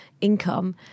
income